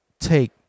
Take